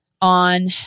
on